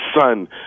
son